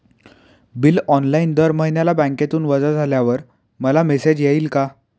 Bill online दर महिन्याला बँकेतून वजा झाल्यावर मला मेसेज येईल का?